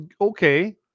okay